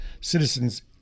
citizens